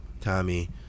Tommy